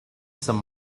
some